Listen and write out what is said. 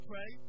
Pray